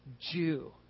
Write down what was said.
Jew